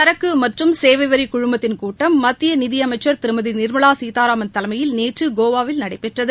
சரக்கு மற்றும் சேவை வரிக்குழுமத்தின் கூட்டம் மத்திய நிதி அமைச்ன் திருமதி நிர்மலா சீதாராமன் தலைமையில் நேற்று கோவாவில் நடைபெற்றது